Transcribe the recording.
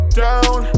down